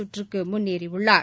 சுற்றுக்கு முன்னேறியுள்ளர்